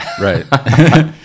Right